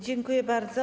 Dziękuję bardzo.